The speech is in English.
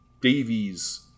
Davies